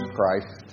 Christ